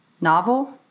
Novel